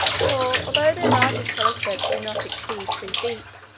for, although their largest telescopes do not exceed three feet,